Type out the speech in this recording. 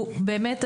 הוא באמת,